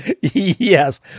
Yes